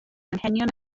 anghenion